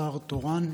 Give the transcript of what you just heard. שר תורן?